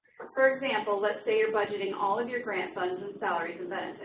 for example, let's say you're budgeting all of your grant funds on salaries